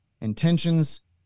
intentions